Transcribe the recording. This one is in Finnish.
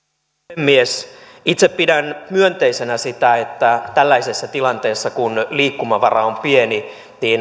puhemies itse pidän myönteisenä sitä että tällaisessa tilanteessa kun liikkumavara on pieni